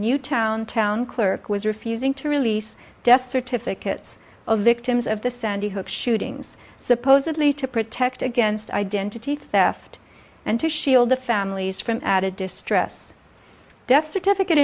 newtown town clerk was refusing to release death certificates of victims of the sandy hook shootings supposedly to protect against identity theft and to shield the families from added distress death certificate